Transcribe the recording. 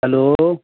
hello